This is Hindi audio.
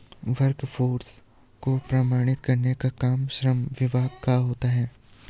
वर्कफोर्स को प्रमाणित करने का काम श्रम विभाग का होता है